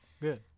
Good